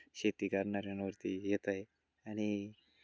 शेती करणाऱ्यांवरती येत आहे आणि